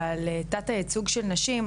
ועל תת ייצוג של נשים,